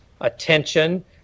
attention